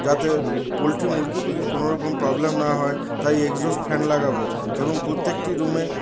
যাতে পোলট্রি মুরগিগুলির কোনোরকম প্রবলেম না হয় তাই এক্সহস্ট ফ্যান লাগাব এবং প্রত্যেকটি রুমে